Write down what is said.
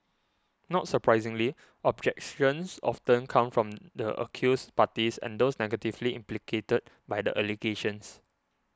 not surprisingly objections often come from the accused parties and those negatively implicated by the allegations